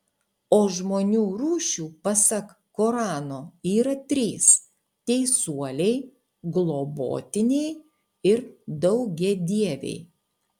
o žmonių rūšių pasak korano yra trys teisuoliai globotiniai ir daugiadieviai